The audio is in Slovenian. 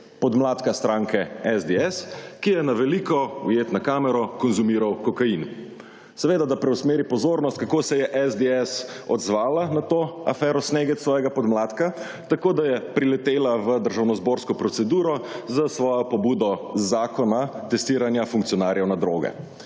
podmladka stranke SDS, ki je na veliko, ujet na kamero, konzumiral kokain. Seveda, da preusmeri pozornost, kako se je SDS odzvala na to afero Snegec svojega podmladka, tako, da je priletela v državnozborsko proceduro z svojo pobudo zakona testiranja funkcionarjev na droge,